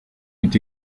est